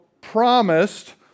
promised